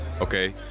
okay